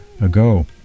ago